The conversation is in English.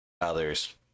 Others